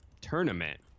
tournament